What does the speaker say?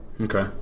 Okay